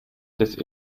des